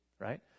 right